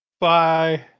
Bye